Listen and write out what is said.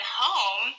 home